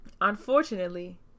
unfortunately